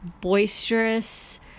boisterous